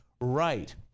right